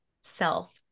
self